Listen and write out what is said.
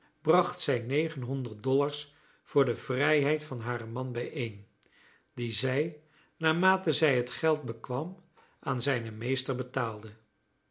bracht zij negenhonderd dollars voor de vrijheid van haren man bijeen die zij naarmate zij het geld bekwam aan zijnen meester betaalde